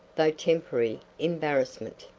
though temporary, embarrassment.